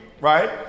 right